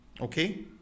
Okay